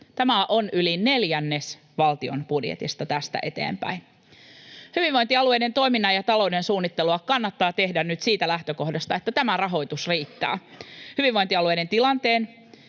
Tämä on yli neljännes valtion budjetista tästä eteenpäin. Hyvinvointialueiden toiminnan ja talouden suunnittelua kannattaa tehdä nyt siitä lähtökohdasta, että tämä rahoitus riittää. Hyvinvointialueiden tilanteen